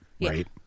right